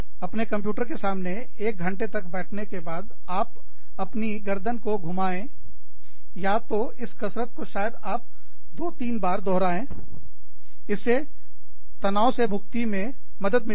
अपने कंप्यूटर के सामने 1 घंटे तक बैठने के बाद बस आप अपनी गर्दन को घुमाएं या तो इस कसरत को शायद आप दो तीन बार दोहराए इससे तनाव से मुक्ति में मदद मिलेगी